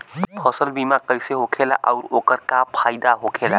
फसल बीमा कइसे होखेला आऊर ओकर का फाइदा होखेला?